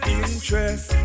interest